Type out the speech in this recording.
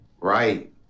Right